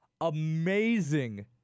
amazing